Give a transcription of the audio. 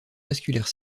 vasculaire